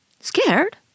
Scared